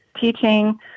teaching